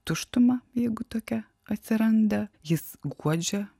tuštumą jeigu tokia atsiranda jis guodžia